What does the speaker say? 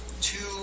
two